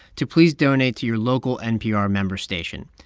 to please donate to your local npr member station.